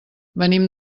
venim